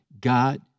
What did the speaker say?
God